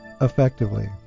effectively